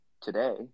today